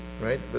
right